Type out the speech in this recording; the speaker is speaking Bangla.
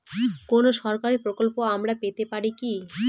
কোন সরকারি প্রকল্প আমরা পেতে পারি কি?